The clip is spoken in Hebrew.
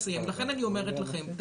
לכן אני אומרת לכם,